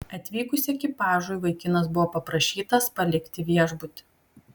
atvykus ekipažui vaikinas buvo paprašytas palikti viešbutį